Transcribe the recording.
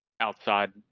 outside